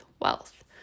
wealth